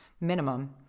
minimum